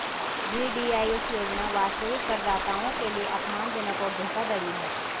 VDIS योजना वास्तविक करदाताओं के लिए अपमानजनक और धोखाधड़ी है